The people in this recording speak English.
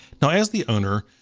now as the owner,